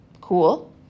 cool